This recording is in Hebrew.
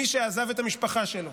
מי שעזב את המשפחה שלו